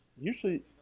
Usually